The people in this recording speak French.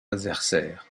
adversaire